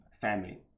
family